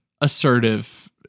assertive